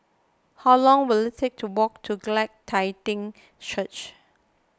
how long will it take to walk to Glad Tidings Church